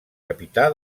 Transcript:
capità